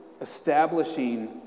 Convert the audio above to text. establishing